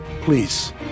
Please